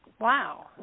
Wow